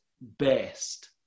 best